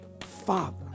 Father